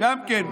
גם כן.